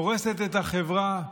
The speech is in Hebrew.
הורסת את החברה,